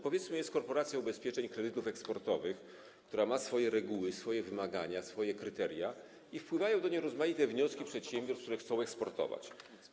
Powiedzmy, że jest korporacja ubezpieczeń kredytów eksportowych, która ma swoje reguły, swoje wymagania, swoje kryteria, i wpływają do niej rozmaite wnioski przedsiębiorstw, które chcą eksportować.